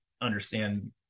understand